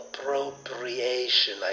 appropriation